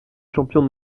champion